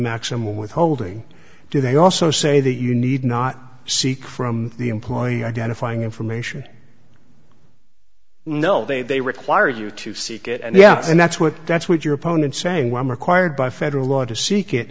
maximum withholding do they also say that you need not seek from the employee identifying information no they they require you to seek it and yeah and that's what that's what your opponents saying when required by federal law to seek it